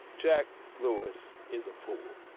jack lew is is a fool,